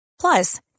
Plus